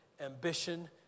ambition